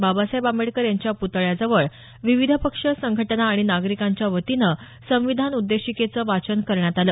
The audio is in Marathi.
बाबासाहेब आंबेडकर यांच्या प्तळ्याजवळ विविध पक्ष संघटना आणि नागरिकांच्या वतीनं संविधान उद्देशिकेचं वाचन करण्यात आलं